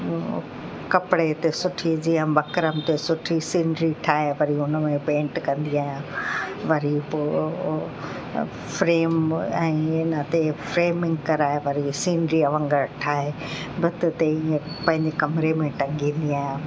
कपिड़े ते सुठी जीअं बकरम ते सुठी सिनरी ठाहे वरी उन में पेंट कंदी आहियां वरी पोइ फ्रेम ऐं ईअं नाते फ्रेमिंग कराए वरी सिनरीअ वांगुरु ठाहे भिति ते ईअं पंहिंजे कमिरे में टंगदी आहियां